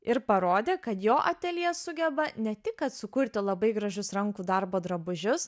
ir parodė kad jo ateljė sugeba ne tik kad sukurti labai gražius rankų darbo drabužius